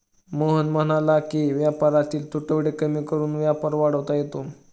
मोहन म्हणाला की व्यापारातील तुटवडे कमी करून व्यापार वाढवता येतो